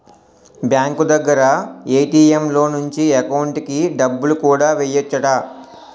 bank దగ్గర ATM లో నుంచి ఎకౌంటుకి డబ్బులు కూడా ఎయ్యెచ్చట